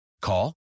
Call